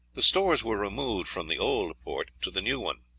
the stores were removed from the old port to the new one,